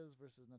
versus